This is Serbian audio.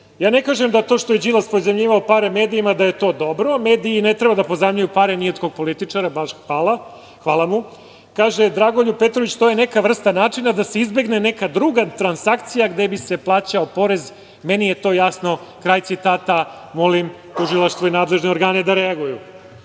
ja ne kažem da to što je Đilas pozajmljivao pare medijima da je to dobro, mediji ne treba da pozajmljuju pare ni od kog političara, hvala mu. Kaže Dragoljub Petrović – to je neka vrsta načina da se izbegne neka druga transakcija gde bi se plaćao porez, meni je to jasno, kraj citata. Molim tužilaštvo i nadležne organe da